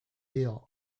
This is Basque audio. dio